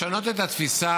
לשנות את התפיסה,